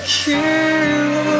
kill